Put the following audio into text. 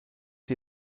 die